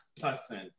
person